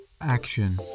action